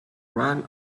ran